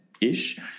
ish